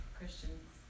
Christians